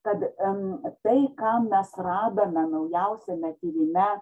kad em tai ką mes radome naujausiame tyrime